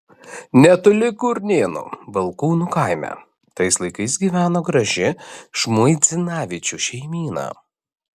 netoli kurnėnų balkūnų kaime tais laikais gyveno graži žmuidzinavičių šeimyna